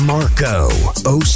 Marco